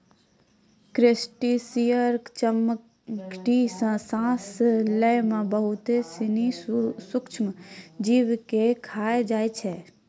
crustacean चमड़ी सें सांस लै में बहुत सिनी सूक्ष्म जीव के खाय जाय छै